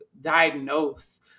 diagnose